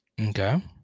Okay